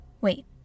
Wait